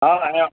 हा हा